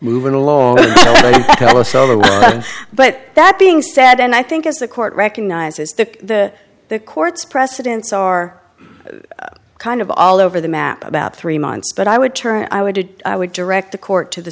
moving along but that being said and i think as the court recognizes that the court's precedents are kind of all over the map about three months but i would turn i would i would direct the court to the